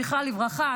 זכרה לברכה,